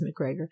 McGregor